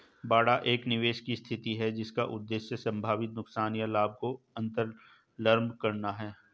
बाड़ा एक निवेश की स्थिति है जिसका उद्देश्य संभावित नुकसान या लाभ को अन्तर्लम्ब करना है